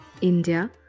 India